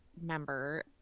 member